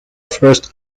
first